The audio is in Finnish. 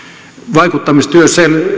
vaikuttamistyö